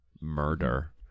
murder